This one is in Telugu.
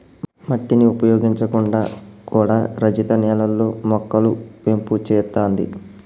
మట్టిని ఉపయోగించకుండా కూడా రజిత నీళ్లల్లో మొక్కలు పెంపు చేత్తాంది